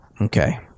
Okay